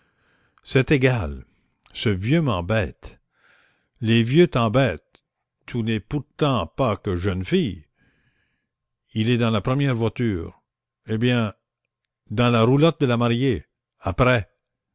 c'est égal ce vieux m'embête les vieux t'embêtent tu n'es pourtant pas une jeune fille il est dans la première voiture eh bien dans la roulotte de la mariée après